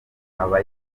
aba